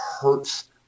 hurts